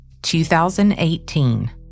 2018